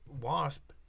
Wasp